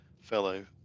fellow